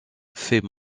fait